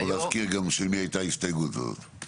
אתה יכול להזכיר גם של מי הייתה ההסתייגות הזאת.